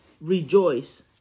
rejoice